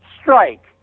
strike